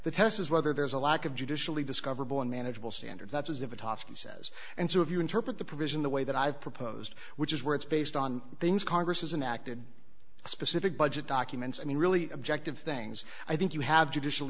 the test is whether there is a lack of judicially discoverable unmanageable standards that's as it often says and so if you interpret the provision the way that i've proposed which is where it's based on things congress isn't acted specific budget documents i mean really objective things i think you have judicial